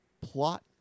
plot